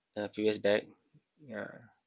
a few years back yeah